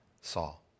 Saul